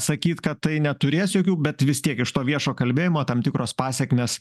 sakyt kad tai neturės jokių bet vis tiek iš to viešo kalbėjimo tam tikros pasekmės